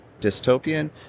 dystopian